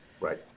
Right